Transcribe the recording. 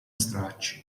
stracci